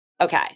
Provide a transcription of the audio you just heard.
Okay